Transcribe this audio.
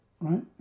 Right